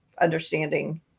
understanding